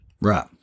Right